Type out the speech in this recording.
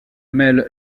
mêle